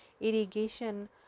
irrigation